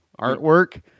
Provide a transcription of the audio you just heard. artwork